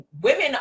women